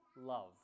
love